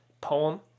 poem